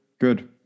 good